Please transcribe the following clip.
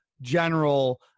general